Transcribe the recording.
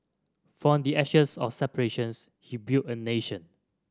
from the ashes of separations he built a nation